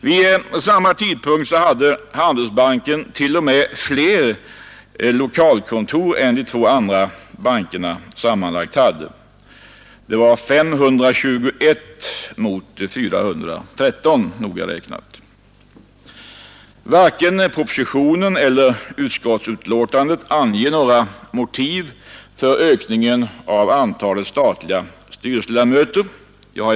Vid samma tidpunkt hade Handelsbanken t.o.m. fler lokalkontor än de båda andra bankerna tillsammans, nämligen 521 mot 413. Varken i propositionen eller i utskottsbetänkandet anges några motiv för ökningen av antalet statliga styrelseledamöter.